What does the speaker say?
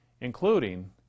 including